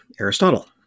Aristotle